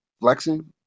flexing